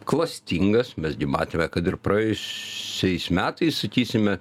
klastingas mes gi matėme kad ir praėjusiais metais sakysime